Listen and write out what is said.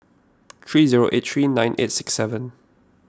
three zero eight three nine eight six seven